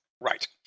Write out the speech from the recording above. Right